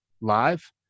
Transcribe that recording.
live